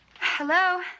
Hello